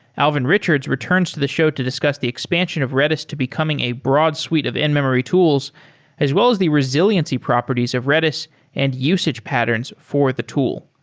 alvin richards returns to the show to discuss the expansion of redis to becoming a broad suite of in-memory tools as well as the resiliency properties of redis and usage patterns for the tool.